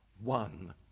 one